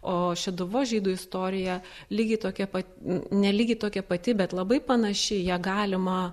o šeduvos žydų istorija lygiai tokia pat n ne lygiai tokia pati bet labai panaši į ją galima